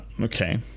okay